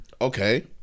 Okay